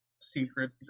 secret